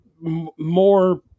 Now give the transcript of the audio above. more